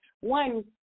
one